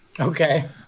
okay